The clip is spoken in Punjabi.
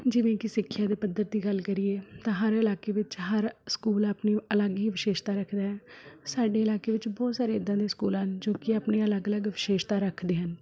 ਜਿਵੇਂ ਕਿ ਸਿੱਖਿਆ ਦੇ ਪੱਧਰ ਦੀ ਗੱਲ ਕਰੀਏ ਤਾਂ ਹਰ ਇਲਾਕੇ ਵਿੱਚ ਹਰ ਸਕੂਲ ਆਪਣੀ ਅਲੱਗ ਹੀ ਵਿਸ਼ੇਸ਼ਤਾ ਰੱਖਦਾ ਹੈ ਸਾਡੇ ਇਲਾਕੇ ਵਿੱਚ ਬਹੁਤ ਸਾਰੇ ਇੱਦਾਂ ਦੇ ਸਕੂਲ ਹਨ ਜੋ ਕਿ ਆਪਣੀਆਂ ਅਲੱਗ ਅਲੱਗ ਵਿਸ਼ੇਸ਼ਤਾ ਰੱਖਦੇ ਹਨ